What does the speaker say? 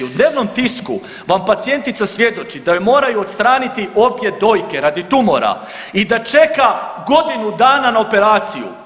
U dnevnom tisku vam pacijentica svjedoči da joj moraju odstraniti obje dojke radi tumora i da čeka godinu dana na operaciju.